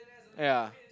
ya